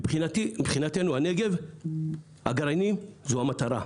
מבחינתי, מבחינתנו הנגב, הגרעינים זו המטרה.